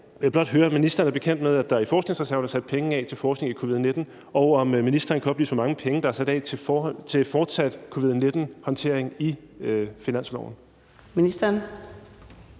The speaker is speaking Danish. jeg blot høre , om ministeren er bekendt med, at der i forskningsreserven er sat penge af til forskning i covid-19, og om ministeren kan oplyse, hvor mange penge der er sat af i finansloven til fortsat covid-19-håndtering. Kl. 12:19